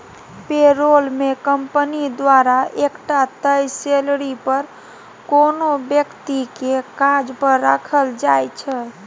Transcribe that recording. पे role मे company द्वारा एकटा तय सेलरी पर कोनो बेकती केँ काज पर राखल जाइ छै